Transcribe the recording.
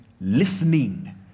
listening